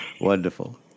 Wonderful